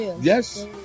yes